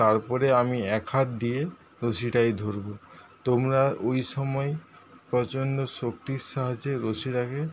তারপরে আমি এক হাত দিয়ে রশিটাই ধরবো তোমরা ওইসময় প্রচণ্ড শক্তির সাহায্যে রশিটাকে